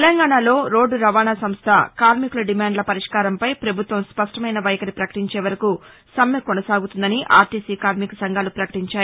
తెలంగాణలో రోడ్లు రవాణా సంస్ల కార్మికుల దిమాండ్ల పరిష్కారంపై ప్రభుత్వం స్పష్టమైన వైఖరి ప్రకటించేవరకు సమ్మె కొనసాగుతుందని ఆర్టీసీ కార్మిక సంఘాలు ప్రకటించాయి